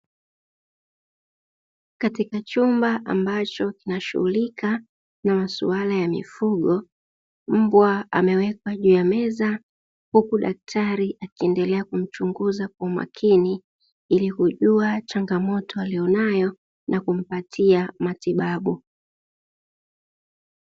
Katika chumba ambachi kinachoshughulika na maswala ya mifugo, Mbwa amewekwa juu ya meza huku daktari akiendelea kumchunguza kwa umakini ili kujua changamoto aliyonayo na kumpatia matibabu.